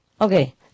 Okay